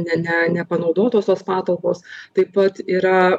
ne ne nepanaudotos tos patalpos taip pat yra